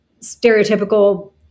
stereotypical